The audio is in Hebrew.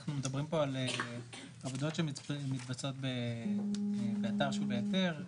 אנחנו מדברים פה על עבודות שמתבצעות באתר שהוא בהיתר,